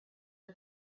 are